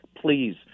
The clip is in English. please